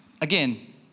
again